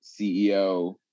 CEO